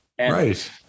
Right